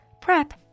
Prep